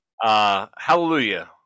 Hallelujah